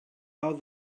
how